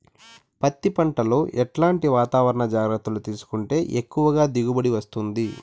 పత్తి పంట లో ఎట్లాంటి వాతావరణ జాగ్రత్తలు తీసుకుంటే ఎక్కువగా దిగుబడి వస్తుంది?